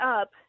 up